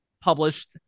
published